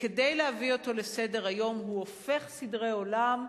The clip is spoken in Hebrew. וכדי להביא אותו לסדר-היום הוא הופך סדרי עולם,